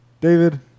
David